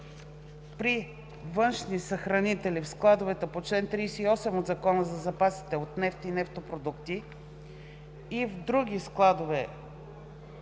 при външни съхранители, в складове по чл. 38 от Закона за запасите от нефт и нефтопродукти и в други